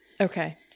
Okay